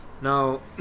Now